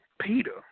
Peter